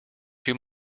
too